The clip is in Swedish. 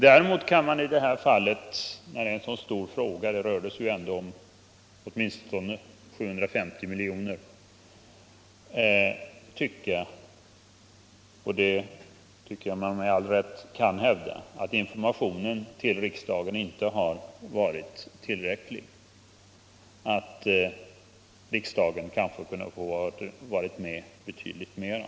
I det här fallet, när det var fråga om ett så stort belopp — det rörde sig ändå om åtminstone 750 milj.kr. — kan man däremot med all rätt, tycker jag, hävda att informationen till riksdagen inte har varit tillräcklig och att riksdagen kanske borde ha fått vara med betydligt mera.